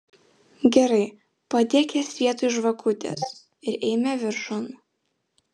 gerai padėk jas vietoj žvakutės ir eime viršun